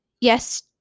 Yes